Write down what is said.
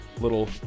little